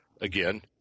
again